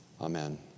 Amen